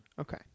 Okay